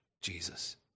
Jesus